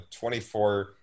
24